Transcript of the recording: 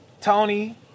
Tony